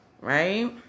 Right